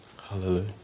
Hallelujah